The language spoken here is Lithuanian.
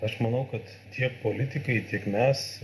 aš manau kad tiek politikai tiek mes